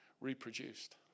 reproduced